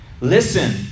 Listen